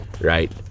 right